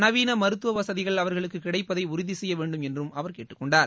நவீன மருத்துவ வசதிகள் அவர்களுக்கு கிடைப்பதை உறுதி செய்ய வேண்டும் என்றும் அவர் கேட்டுக்கொண்டார்